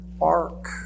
Ark